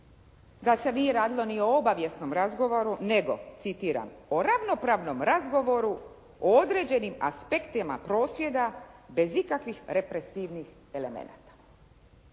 da se nije radilo ni o obavijesnom razgovoru nego, citiram, "o ravnopravnom razgovoru o određenim aspektima prosvjeda bez ikakvih represivnih elemenata".